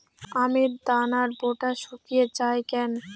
আমের দানার বোঁটা শুকিয়ে য়ায় কেন?